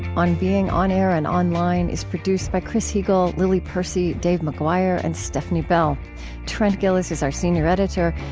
on being on air and online is produced by chris heagle, lily percy, dave mcguire, and stefni bell trent gilliss is our senior editor.